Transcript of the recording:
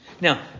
Now